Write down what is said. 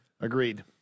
agreed